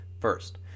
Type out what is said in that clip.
First